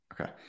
Okay